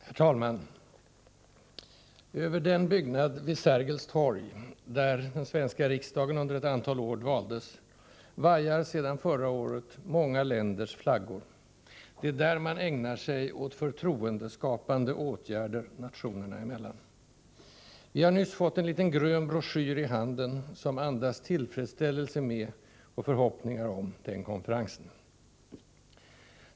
Herr talman! Över den byggnad vid Sergels torg, där den svenska riksdagen under ett antal år dvaldes, vajar sedan förra året många länders flaggor: Det är där man ägnar sig åt ”förtroendeskapande åtgärder” nationerna emellan. Vi har nyss fått en liten grön broschyr i handen, som andas tillfredsställelse med och förhoppningar om den konferensen.